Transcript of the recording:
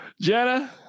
Jenna